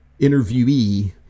interviewee